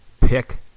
pick